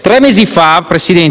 Tre mesi fa